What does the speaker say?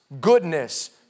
goodness